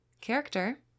character